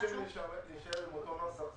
אנחנו מעדיפים להישאר עם אותו נוסח,